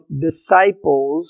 disciples